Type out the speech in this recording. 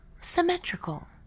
symmetrical